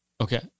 Okay